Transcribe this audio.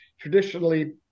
traditionally